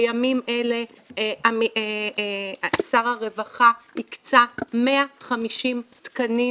בימים אלה שר הרווחה הקצה 150 תקנים